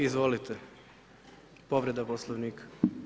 Izvolite, povreda Poslovnika.